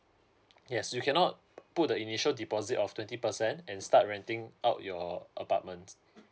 yes you cannot put the initial deposit of twenty percent and start renting out your apartments